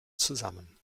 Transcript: zusammen